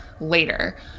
later